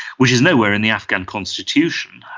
which is nowhere in the afghan constitution,